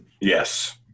Yes